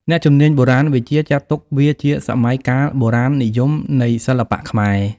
អ្នកជំនាញបុរាណវិទ្យាចាត់ទុកវាជាសម័យកាល "បុរាណនិយម" នៃសិល្បៈខ្មែរ។